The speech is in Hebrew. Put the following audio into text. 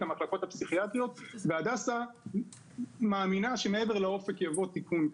המחלקות הפסיכיאטריות והדסה מאמינה שמעבר לאופק יבוא תיקון.